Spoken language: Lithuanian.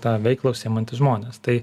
ta veikla užsiimantys žmonės tai